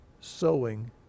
sowing